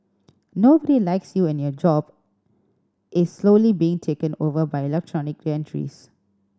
nobody likes you and your job is slowly being taken over by electronic gantries